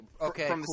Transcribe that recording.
okay